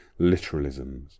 literalisms